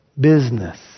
business